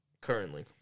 currently